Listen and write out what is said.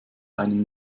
einen